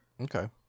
Okay